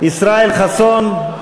(משרד הפנים,